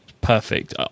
perfect